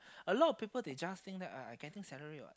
a lot of people they just think uh I getting salary what